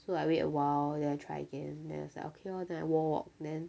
so I wait awhile then I try again then is like okay lor then I walk walk then